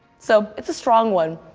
so, it's a strong one.